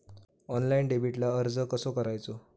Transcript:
Online डेबिटला अर्ज कसो करूचो?